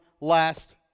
last